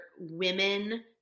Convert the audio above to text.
women